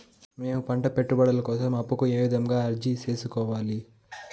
మేము పంట పెట్టుబడుల కోసం అప్పు కు ఏ విధంగా అర్జీ సేసుకోవాలి?